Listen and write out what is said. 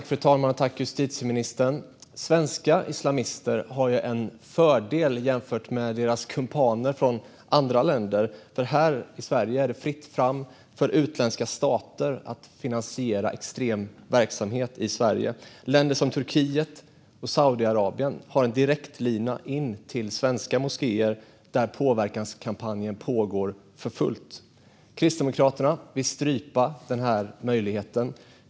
Fru talman! Svenska islamister har en fördel jämfört med deras kumpaner från andra länder eftersom det här i Sverige är fritt fram för utländska stater att finansiera extrem verksamhet. Länder som Turkiet och Saudiarabien har en direktlina in till svenska moskéer, där påverkanskampanjen pågår för fullt. Kristdemokraterna vill strypa den möjligheten.